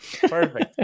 Perfect